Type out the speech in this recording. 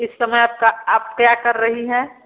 इस समय आप क्या आप क्या कर रही हैं